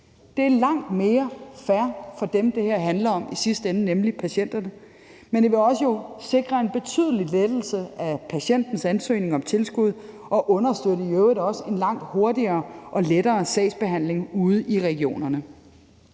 Det er langt mere fair for dem, det her handler om i sidste ende, nemlig patienterne, men det vil også sikre en betydelig lettelse ved patientens ansøgning om tilskud og i øvrigt også understøtte en langt hurtigere og lettere sagsbehandling ude i regionerne.